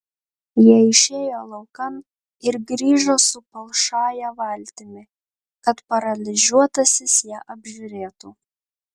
jie išėjo laukan ir grįžo su palšąja valtimi kad paralyžiuotasis ją apžiūrėtų